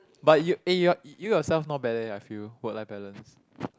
but you eh you yourself not bad eh I feel work life balance